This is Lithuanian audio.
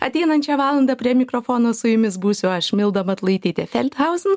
ateinančią valandą prie mikrofono su jumis būsiu aš milda matulaitytė felthauzin